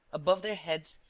above their heads,